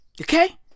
Okay